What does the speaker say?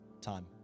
time